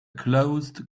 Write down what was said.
closed